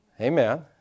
Amen